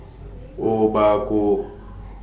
Obaku